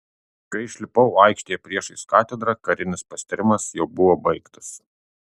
kai išlipau aikštėje priešais katedrą karinis pasitarimas jau buvo baigtas